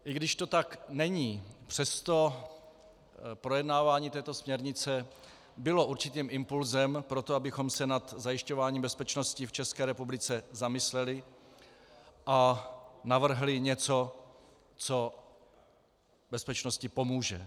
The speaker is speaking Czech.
I když to tak není, přesto projednávání této směrnice bylo určitým impulsem pro to, abychom se nad zajišťováním bezpečnosti v České republice zamysleli a navrhli něco, co bezpečnosti pomůže.